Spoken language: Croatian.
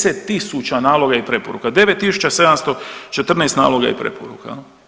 10 000 naloga i preporuka, 9714 naloga i preporuka.